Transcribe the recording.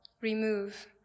remove